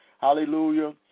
hallelujah